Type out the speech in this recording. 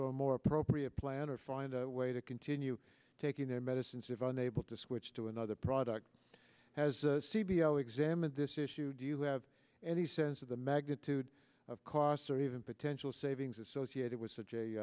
a more appropriate plan or find a way to continue taking their medicines if unable to switch to another product has c b l examined this issue do you have any sense of the magnitude of costs or even potential savings associated with such